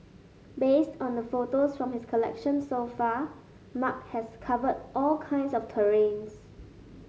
based on the photos from his collection so far Mark has covered all kinds of terrains